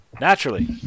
Naturally